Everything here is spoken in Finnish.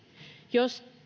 jos